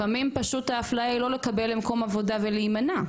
לפעמים פשוט האפליה היא לא לקבל למקום עבודה ולהימנע.